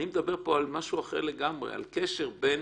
אני מדבר פה על משהו אחר לגמרי, על קשר בין